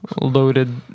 loaded